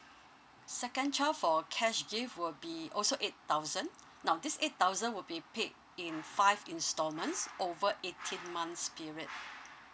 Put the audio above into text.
second child for cash gift will be also eight thousand now this eight thousand will be paid in five installments over eighteen months' period